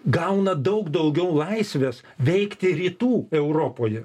gauna daug daugiau laisvės veikti rytų europoje